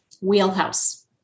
wheelhouse